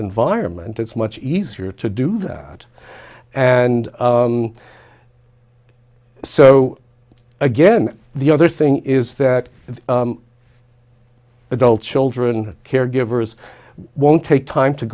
environment it's much easier to do that and so again the other thing is that the adult children caregivers won't take time to